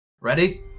ready